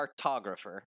Cartographer